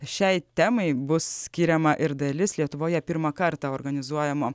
šiai temai bus skiriama ir dalis lietuvoje pirmą kartą organizuojamo